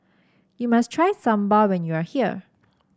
you must try Sambar when you are here